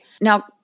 Now